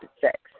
sex